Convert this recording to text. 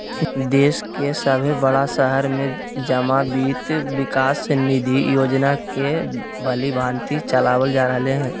देश के सभे बड़ा शहर में जमा वित्त विकास निधि योजना के भलीभांति चलाबल जा रहले हें